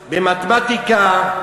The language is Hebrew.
במתמטיקה,